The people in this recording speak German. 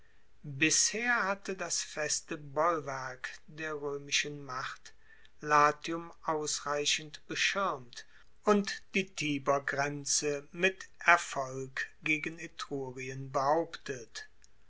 bisher hatte das feste bollwerk der roemischen macht latium ausreichend beschirmt und die tibergrenze mit erfolg gegen etrurien behauptet